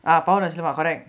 ah power nasi lemak correct